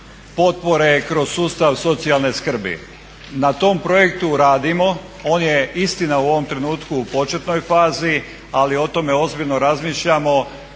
potpore kroz sustav socijalne skrbi. Na tom projektu radimo, on je istina u ovom trenutku u početnoj fazi, ali o tome ozbiljno razmišljamo.